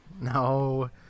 No